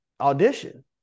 audition